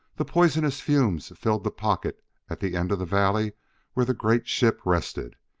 the poisonous fumes filled the pocket at the end of the valley where the great ship rested.